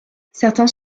certains